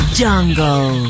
jungle